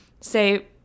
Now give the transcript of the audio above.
say